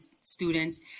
students